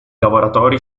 lavoratori